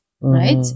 Right